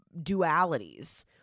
dualities